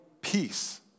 peace